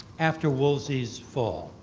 after wolsey's fall,